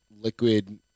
liquid